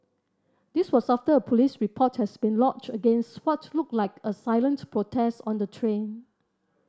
this was after a police report has been lodged against what looked like a silent protest on the train